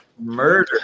Murder